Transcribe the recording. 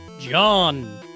John